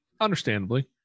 Understandably